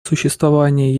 существование